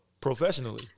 professionally